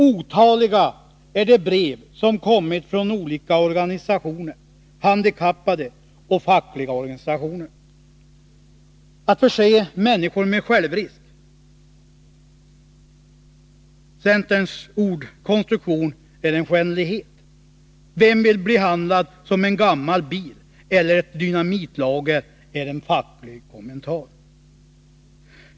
Otaliga är de brev som kommit från olika organisationer, från handikappade och från den fackliga rörelsen. Att förse människor med självrisk — som centerns ordkonstruktion lyder — är en skändlighet. Vem vill bli behandlad som en gammal bil eller ett dynamitlager? — det är en facklig kommentar.